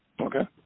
Okay